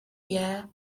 year